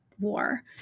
war